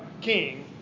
king